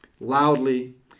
loudly